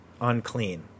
unclean